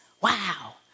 Wow